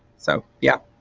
so yeah.